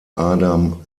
adam